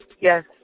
Yes